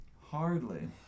Hardly